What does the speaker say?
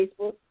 Facebook